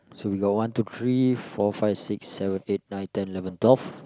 so we got one two three four five six seven eight nine ten eleven twelve